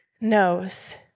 knows